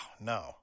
no